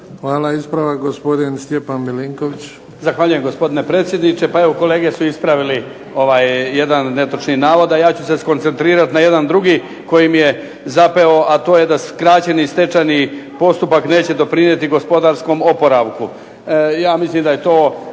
Hvala. Ispravak, gospodin Stjepan Milinković.